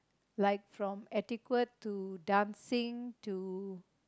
like from etiquette to dancing to